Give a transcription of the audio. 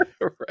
Right